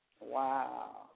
Wow